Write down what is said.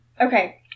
Okay